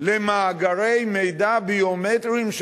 למאגרי מידע ביומטריים,